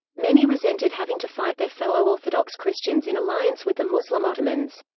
many resented having to fight their fellow orthodox christians in alliance with the muslim ottomans.